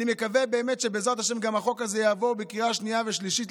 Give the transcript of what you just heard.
אני מקווה באמת שבעזרת השם גם החוק הזה יעבור בקריאה שנייה ושלישית.